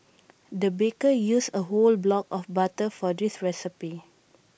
the baker used A whole block of butter for this recipe